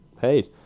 Hey